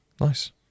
Nice